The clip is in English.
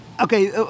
Okay